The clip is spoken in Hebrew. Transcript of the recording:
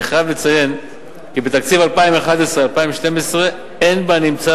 אני חייב לציין כי בתקציב 2011 2012 אין בנמצא